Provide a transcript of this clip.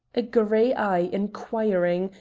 a grey eye inquiring,